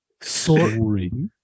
sorry